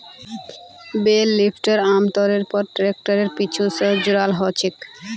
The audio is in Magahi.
बेल लिफ्टर आमतौरेर पर ट्रैक्टरेर पीछू स जुराल ह छेक